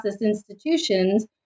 institutions